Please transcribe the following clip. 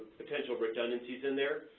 potential redundancies in there.